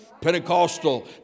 Pentecostal